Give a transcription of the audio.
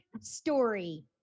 story